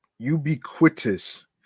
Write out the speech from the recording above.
ubiquitous